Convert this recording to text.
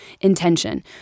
intention